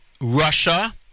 Russia